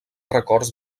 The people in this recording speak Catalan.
records